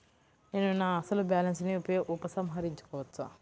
నేను నా అసలు బాలన్స్ ని ఉపసంహరించుకోవచ్చా?